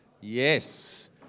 Yes